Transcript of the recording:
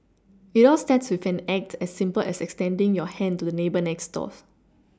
it all starts with an act as simple as extending your hand to the neighbour next door